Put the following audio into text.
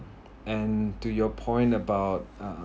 and to your point about uh